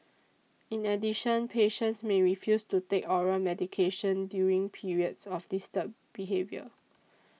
in addition patients may refuse to take oral medications during periods of disturbed behaviour